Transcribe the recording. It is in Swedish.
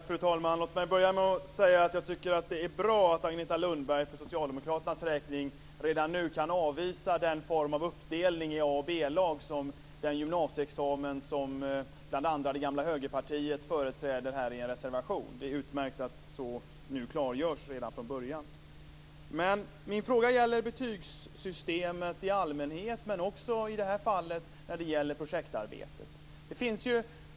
Fru talman! Låt mig börja med att säga att jag tycker att det är bra att Agneta Lundberg för socialdemokraternas räkning redan nu kan avvisa den uppdelning i ett A-lag och ett B-lag som skulle bli följden av den gymnasieexamen som bl.a. företrädare för det gamla Högerpartiet förordar i sin reservation. Det är utmärkt att detta klargörs redan från början. Min fråga gäller dock betygssystemet i allmänhet men också betygen på projektarbetet.